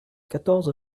quatorze